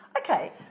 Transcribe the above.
Okay